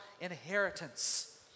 inheritance